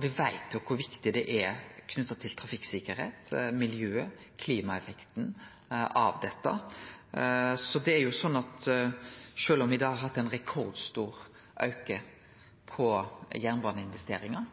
Me veit kor viktig dette er for trafikksikkerheit og miljø- og klimaeffekten. Sjølv om me har hatt ein rekordstor auke i jernbaneinvesteringar,